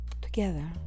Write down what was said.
together